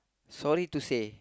sorry to say